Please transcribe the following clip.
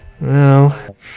No